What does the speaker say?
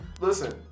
listen